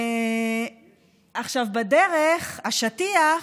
בדרך, השטיח,